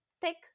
thick